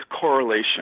correlation